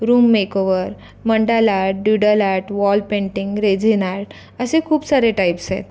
room makeover mandala art doodle art wall painting resin art असे खूप सारे टाईप्स आहेत